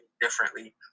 differently